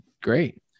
Great